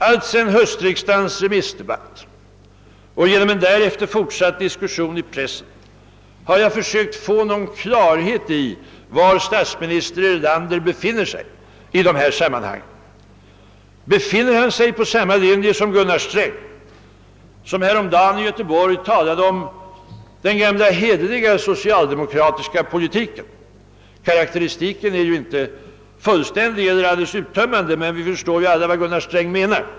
Alltsedan höstriksdagens remissdebatt och genom en därefter fortsatt diskussion i pressen har jag försökt få någon klarhet i var statsminister Erlander befinner sig i dessa sammanhang. Befinner han sig på samma linje som Gunnar Sträng, som häromdagen i Göteborg talade om »den gamla hederliga socialdemokratiska politiken»? Karakteristiken är ju inte fullständig eller alldeles uttömmande, men vi förstår alla vad Gunnar Sträng menar.